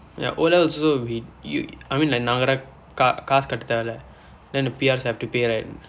ya O levels also we I mean like நாங்க எல்லாம் காசு கட்ட தேவையில்லை:naangka ellaam kaa~ kaasu katda theevai illai then the P_Rs have to pay right